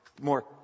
more